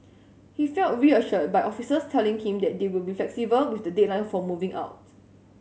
he felt reassured by officers telling him that they will be flexible with the deadline for moving out